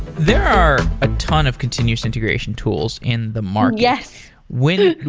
there are a ton of continuous integration tools in the market. yes when